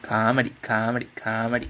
comedy comedy comedy